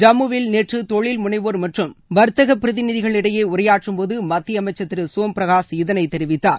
ஜம்முவில் நேற்று தொழில் முனைவோர் மற்றும் வர்த்தக பிரதிநிகளிடையே உரையாற்றும் போது மத்திய அமைச்சர் திரு சோம் பிரகாஷ் இதனை தெரிவித்தார்